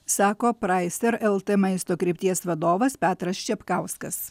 sako praiser lt maisto krypties vadovas petras čepkauskas